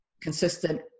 consistent